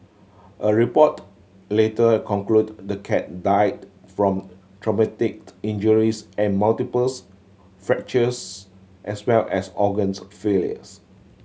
a report later concluded the cat died from traumatic injuries and multiple fractures as well as organs failures